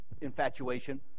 infatuation